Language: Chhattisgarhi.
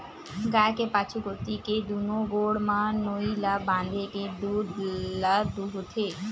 गाय के पाछू कोती के दूनो गोड़ म नोई ल बांधे के दूद ल दूहूथे